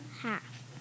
Half